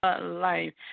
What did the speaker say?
life